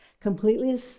completely